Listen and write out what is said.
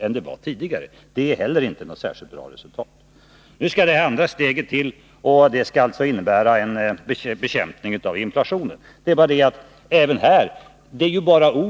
än tidigare. Inte heller det är något särskilt bra resultat. Nu skall det andra steget till, som alltså skall innebära en bekämpning av inflationen. Men även här är dett. v. bara ord.